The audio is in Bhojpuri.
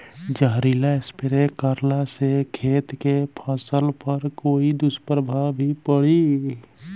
जहरीला स्प्रे करला से खेत के फसल पर कोई दुष्प्रभाव भी पड़ी?